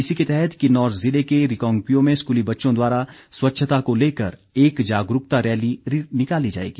इसी के तहत किनौर जिले के रिकांगपिओ में स्कूली बच्चों द्वारा स्वच्छता को लेकर एक जागरूकता रैली निकाली जाएगी